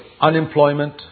unemployment